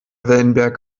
wellenberg